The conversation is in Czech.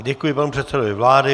Děkuji panu předsedovi vlády.